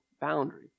boundary